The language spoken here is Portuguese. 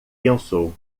pensou